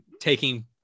taking